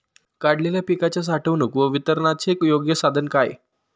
काढलेल्या पिकाच्या साठवणूक व वितरणाचे योग्य साधन काय?